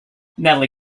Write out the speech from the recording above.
natalie